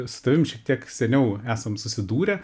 su tavim šiek tiek seniau esam susidūrę